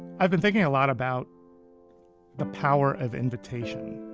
i've been thinking a lot about the power of invitation.